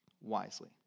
wisely